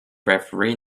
referee